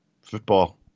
Football